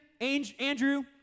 Andrew